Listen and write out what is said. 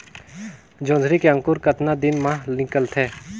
जोंदरी के अंकुर कतना दिन मां निकलथे?